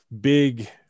big